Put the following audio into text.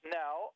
now